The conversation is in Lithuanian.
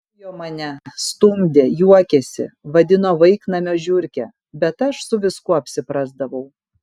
ujo mane stumdė juokėsi vadino vaiknamio žiurke bet aš su viskuo apsiprasdavau